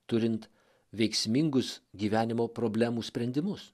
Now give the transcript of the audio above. turint veiksmingus gyvenimo problemų sprendimus